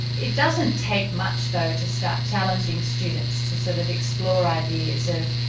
it doesn't take much though to start challenging students to sort of explore ideas of,